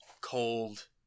cold